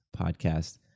podcast